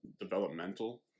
developmental